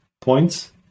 points